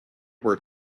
were